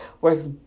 works